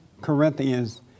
Corinthians